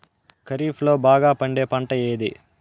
ఖరీఫ్ లో బాగా పండే పంట ఏది?